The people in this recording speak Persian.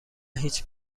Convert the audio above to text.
هیچ